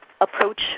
approach